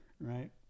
right